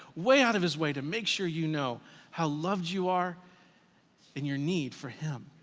way out of his way to make sure you know how loved you are and your need for him.